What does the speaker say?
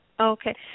Okay